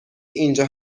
اینجا